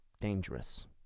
Dangerous